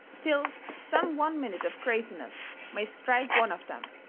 till some one minute of craziness may strike one of them,